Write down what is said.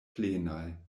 plenaj